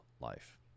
life